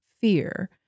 fear